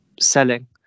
selling